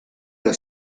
alla